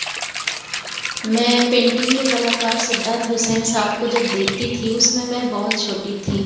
मैं पेंटिंग के कलाकार सिद्धार्थ हुसैन साहब को जब देखती थी उस समय मैं बहुत छोटी थी